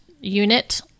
unit